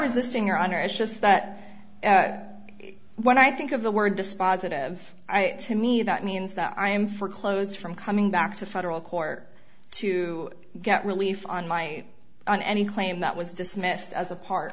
resisting your honor it's just that when i think of the word dispositive i it to me that means that i am for clothes from coming back to federal court to get relief on my on any claim that was dismissed as a part